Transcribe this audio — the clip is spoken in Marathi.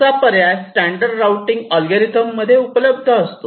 असा पर्याय स्टॅंडर्ड राऊटिंग ऍलगोरिदम मध्ये उपलब्ध असतो